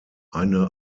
eine